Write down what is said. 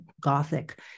gothic